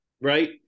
Right